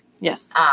Yes